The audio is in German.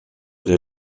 der